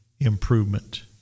improvement